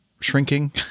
shrinking